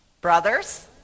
brothers